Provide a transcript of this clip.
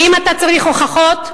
ואם אתה צריך הוכחות,